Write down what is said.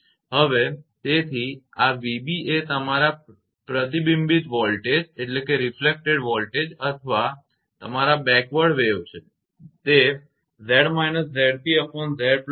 હવે તેથી આ 𝑣𝑏 તે તમારા પ્રતિબિંબિત વોલ્ટેજ અથવા તમારા બેકવર્ડ તરંગ છે તે 𝑍−𝑍𝑐𝑍𝑍𝑐